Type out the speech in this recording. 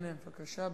הנה, בבקשה,